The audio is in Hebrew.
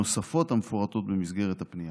הנוספות המפורטות במסגרת הפנייה.